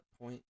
point